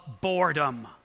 boredom